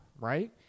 right